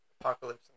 Apocalypse